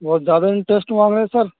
بہت زیادہ انٹریسٹ مانگ رہے ہیں سر